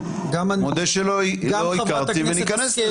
גם אני -- אני מודה שלא הכרתי ונכנס לזה.